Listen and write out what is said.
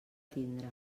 tindre